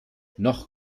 noch